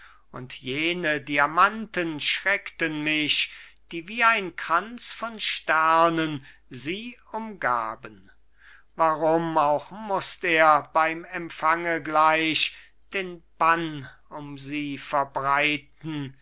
und jene diamanten schreckten mich die wie ein kranz von sternen sie umgaben warum auch mußt er beim empfange gleich den bann um sie verbreiten